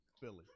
Philly